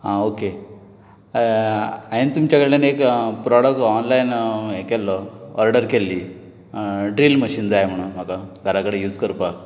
आ okay अ अ हांयेन तुमचे कडल्यान एक प्रॉडक्ट ऑनलायन हें केल्लो ऑर्डर केल्ली ड्रिल मशीन जाय म्हणून म्हाका घरा कडेन यूज करपाक